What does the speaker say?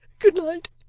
good night